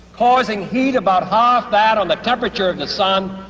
causing heat about half that on the temperature of the sun.